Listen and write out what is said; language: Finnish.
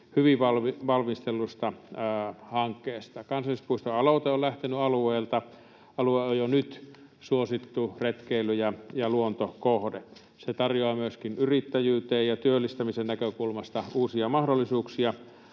hyvin valmistellusta hankkeesta. Kansallispuistoaloite on lähtenyt alueelta. Alue on jo nyt suosittu retkeily- ja luontokohde. Se tarjoaa myöskin yrittäjyyden ja työllistämisen näkökulmasta uusia mahdollisuuksia